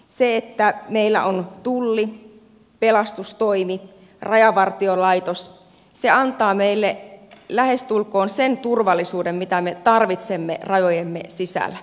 se että meillä on tulli pelastustoimi rajavartiolaitos antaa meille lähestulkoon sen turvallisuuden mitä me tarvitsemme rajojemme sisällä